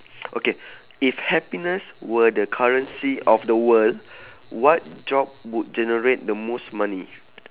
okay if happiness were the currency of the world what job would generate the most money